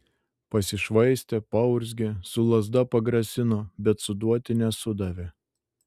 pasišvaistė paurzgė su lazda pagrasino bet suduoti nesudavė